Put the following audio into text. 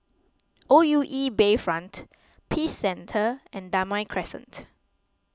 O U E Bayfront Peace Centre and Damai Crescent